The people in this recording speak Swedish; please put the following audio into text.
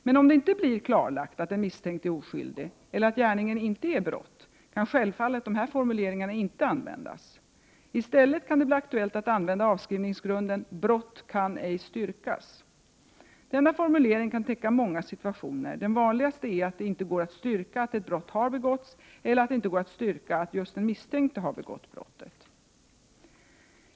Men om det inte blir klarlagt att den misstänkte är oskyldig eller att gärningen inte är brott, kan självfallet dessa formuleringar inte användas. I stället kan det bli aktuellt att använda avskrivningsgrunden ”brott kan ej styrkas”. Denna Prot. 1988/89:98 formulering kan täcka många situationer. De vanligaste är att det inte går att 18 april 1989 styrka att ett brott har begåtts eller att det inte går att styrka att just den misstänkte har begått brottet.